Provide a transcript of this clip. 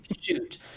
shoot